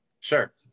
Sure